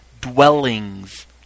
dwellings